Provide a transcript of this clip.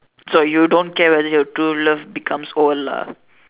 so you don't care whether your true love becomes old lah